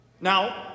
Now